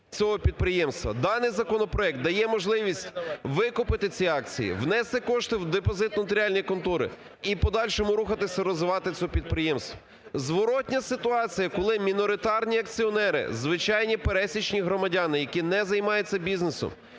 Даний законопроект дає можливість викупити ці акції, внести кошти в депозит нотаріальні контори і в подальшому рухатися, розвивати ці підприємства. Зворотна ситуація, коли міноритарні акціонери, звичайні пересічні громадяни, які не займаються бізнесом,